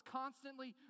constantly